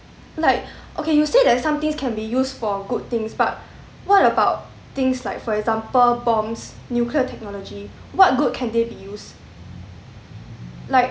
like okay you said that some things can be used for good things but what about things like for example bombs nuclear technology what good can they use like